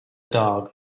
dog